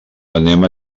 anem